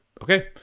okay